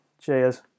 cheers